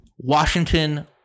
Washington